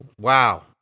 Wow